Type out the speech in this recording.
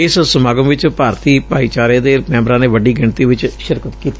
ਇਸ ਸਮਾਗਮ ਵਿਚ ਭਾਰਤੀ ਭਾਈਚਾਰੇ ਦੇ ਮੈਬਰਾਂ ਨੇ ਵੱਡੀ ਗਿਣਤੀ ਚ ਸ਼ਿਰਕਤ ਕੀਤੀ